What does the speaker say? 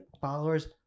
followers